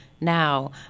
now